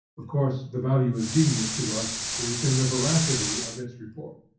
of course the value of genius to us is in the veracity of its report.